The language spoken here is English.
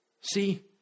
See